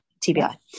TBI